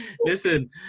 listen